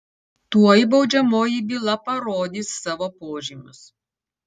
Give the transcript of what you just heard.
tuoj baudžiamoji byla parodys savo požymius